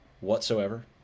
whatsoever